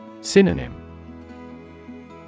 Synonym